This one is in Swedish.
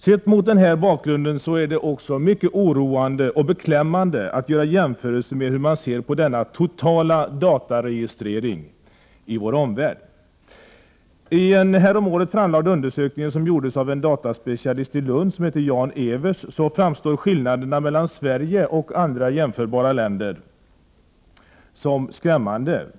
Sett mot den här bakgrunden är det också mycket oroande och bekläm mande att göra jämförelser med hur man ser på denna totala dataregistrering Prot. 1988/89:104 i vår omvärld. 26 april 1989 I en häromåret framlagd undersökning, gjord av dataspecialiter Jan HH Evers i Lund, framstår skillnaderna mellan Sverige och andra jämförbara Datafrågor länder som skrämmande.